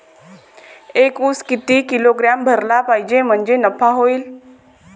एक उस किती किलोग्रॅम भरला पाहिजे म्हणजे नफा होईन?